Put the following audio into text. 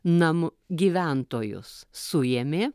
namų gyventojus suėmė